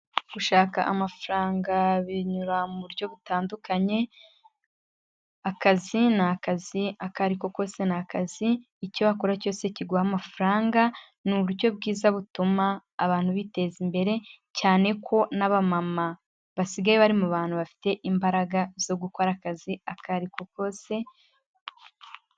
Gushaka amafaranga binyura mu buryo butandukanye, akazi ni akazi akari ko kose ni akazi, icyo wakora cyose kiguha amafaranga, ni uburyo bwiza butuma abantu biteza imbere, cyane ko n'abamama basigaye bari mu bantu bafite imbaraga zo gukora akazi akari ko kose.